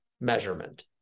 measurement